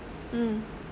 mm